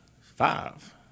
five